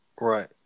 Right